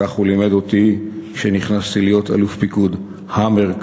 כך הוא לימד אותי כשנכנסתי להיות אלוף פיקוד המרכז,